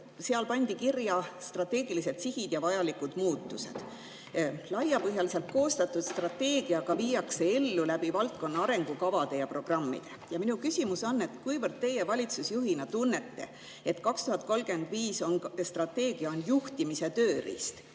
Sellesse pandi kirja strateegilised sihid ja vajalikud muudatused. Laiapõhjaliselt koostatud strateegia aga viiakse ellu valdkonna arengukavade ja programmide alusel. Minu küsimus on, kuivõrd teie valitsusjuhina tunnete, et see 2035. aasta strateegia on juhtimise tööriist,